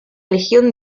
legión